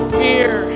fear